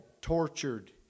tortured